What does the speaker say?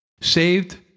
Saved